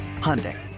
Hyundai